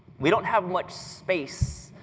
we don't have much space,